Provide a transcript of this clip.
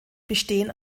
bestehen